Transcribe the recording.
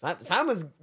Simon's